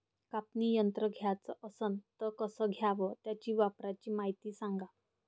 कापनी यंत्र घ्याचं असन त कस घ्याव? त्याच्या वापराची मायती सांगा